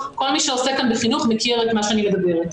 כל מי שעוסק כאן בחינוך מכיר את מה שאני מדברת.